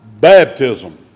baptism